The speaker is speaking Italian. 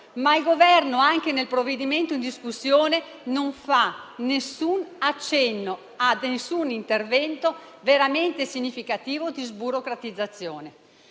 Ma il Governo anche nel provvedimento in discussione non fa nessun accenno ad alcun intervento veramente significativo di sburocratizzazione.